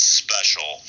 special